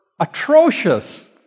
atrocious